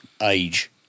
age